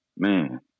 Man